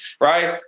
right